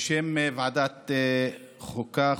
בשם ועדת החוקה,